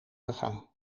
gegaan